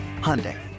Hyundai